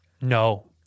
No